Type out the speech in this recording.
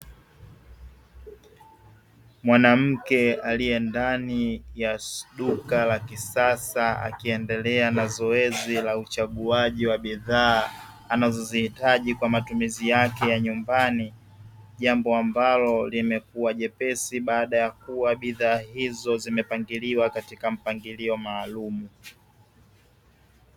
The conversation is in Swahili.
Mwanamke aliyendani ya duka la kisasa akiendelea na zoezi la uchaguaji wa bidhaa anazozihitaji kwa matumizi yake ya nyumbani, jambo ambalo limekuwa jepesi baada ya kuwa bidhaa hizo zimepangiliwa katika mpa gilio maalumu.